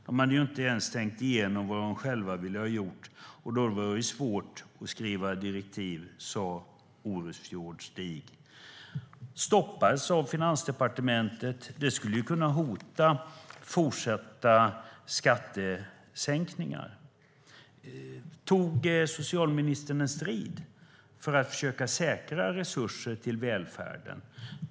Man hade inte ens tänkt igenom vad man ville ha gjort. Då är det svårt att skriva direktiv, enligt Stig Orustfjord. Utredningen stoppades av Finansdepartementet. Den skulle kunna hota fortsatta skattesänkningar. Tog socialministern strid för att försöka säkra resurser till välfärden?